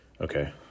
okay